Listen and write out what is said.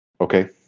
Okay